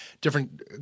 different –